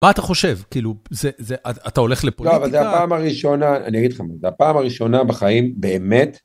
מה אתה חושב? כאילו, אתה הולך לפוליטיקה... לא, אבל זו הפעם הראשונה, אני אגיד לך, זו הפעם הראשונה בחיים באמת...